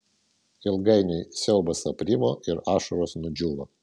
ilgainiui siaubas aprimo ir ašaros nudžiūvo